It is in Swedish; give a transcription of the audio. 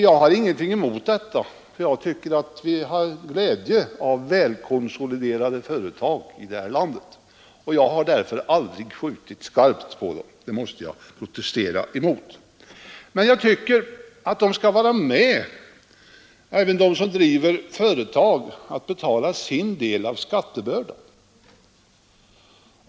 Jag har ingenting emot detta utan tycker att vi har glädje av välkonsoliderade företag i det här landet. Jag har därför aldrig skjutit skarpt på företagarna. Det påståendet måste jag protestera mot. Men jag tycker att även de som driver företag skall vara med och betala sin del av skattebördan.